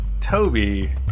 Toby